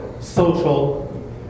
social